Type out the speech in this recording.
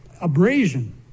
abrasion